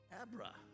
Abra